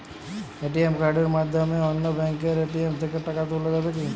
ATM কার্ডের মাধ্যমে অন্য ব্যাঙ্কের এ.টি.এম থেকে টাকা তোলা যাবে কি?